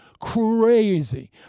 Crazy